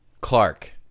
Clark